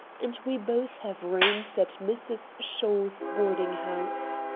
and we both have rooms at mrs. shaw's boarding-house.